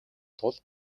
тул